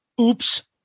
Oops